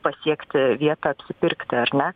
pasiekti vietą apsipirkti ar ne